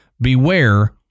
beware